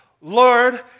Lord